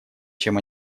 чем